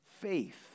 faith